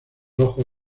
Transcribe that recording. rojo